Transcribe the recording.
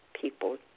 people